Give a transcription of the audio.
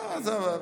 לא, עזוב.